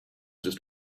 just